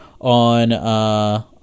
on –